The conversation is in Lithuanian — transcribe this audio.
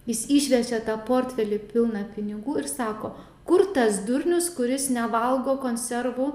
jis išvežė tą portfelį pilną pinigų ir sako kur tas durnius kuris nevalgo konservų